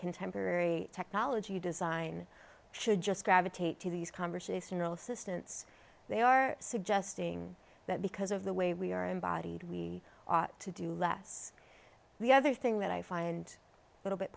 contemporary technology design should just gravitate to these conversational assistance they are suggesting that because of the way we are embodied we ought to do less the other thing that i find a little bit